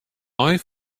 ein